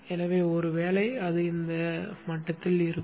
எனவே ஒருவேளை அது இந்த மட்டத்தில் இருக்கும்